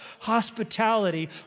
Hospitality